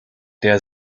der